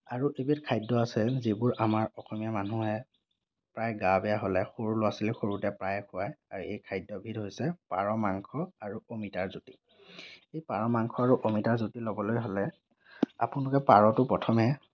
আৰু এবিধ খাদ্য় আছে যিবোৰ আমাৰ অসমীয়া মানুহে প্ৰায় গা বেয়া হ'লে সৰু ল'ৰা ছোৱালীক সৰুতে প্ৰায় খোৱায় আৰু এই খাদ্য়বিধ হৈছে পাৰ মাংস আৰু অমিতাৰ জুতি এই পাৰ মাংস আৰু অমিতাৰ জুতি ল'বলৈ হ'লে আপোনালোকে পাৰটো প্ৰথমে